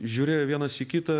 žiūrėjo vienas į kitą